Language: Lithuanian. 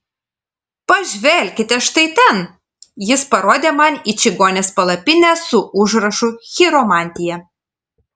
pažvelkite štai ten jis parodė man į čigonės palapinę su užrašu chiromantija